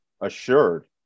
assured